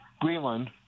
Greenland